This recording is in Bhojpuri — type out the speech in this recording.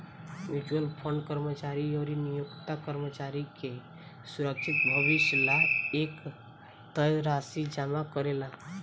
म्यूच्यूअल फंड कर्मचारी अउरी नियोक्ता कर्मचारी के सुरक्षित भविष्य ला एक तय राशि जमा करेला